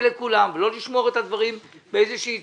לכולם ולא לשמור את הדברים באיזושהי צורה,